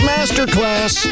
Masterclass